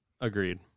Agreed